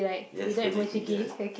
yes